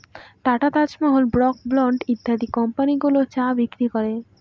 tata, Taj Mahal, Brooke Bond ইত্যাদি company গুলো চা বিক্রি করে